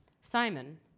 Simon